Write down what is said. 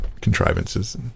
Contrivances